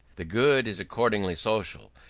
the good is accordingly social,